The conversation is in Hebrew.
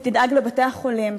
ותדאג לבתי-החולים,